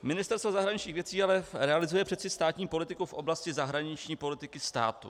Ministerstvo zahraničních věcí ale realizuje přece státní politiku v oblasti zahraniční politiky státu.